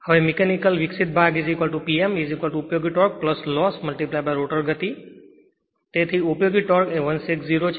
હવે મીકેનિકલ વિકસિત ભાગ P m ઉપયોગી ટોર્ક લોસ રોટર ગતિ તેથી ઉપયોગી ટોર્ક 160 છે